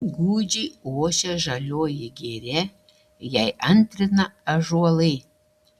gūdžiai ošia žalioji giria jai antrina ąžuolai